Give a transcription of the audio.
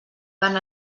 van